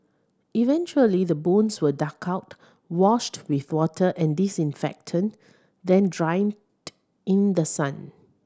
eventually the bones were dug out washed with water and disinfectant then dried in the sun